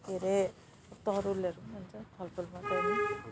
के अरे तरुलहरूमा हुन्छ फलफुलमा